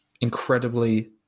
incredibly